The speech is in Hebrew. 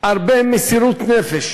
הרבה מסירות נפש